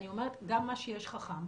אני אומרת גם מה שיש חכם,